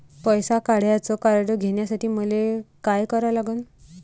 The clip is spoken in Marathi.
पैसा काढ्याचं कार्ड घेण्यासाठी मले काय करा लागन?